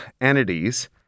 entities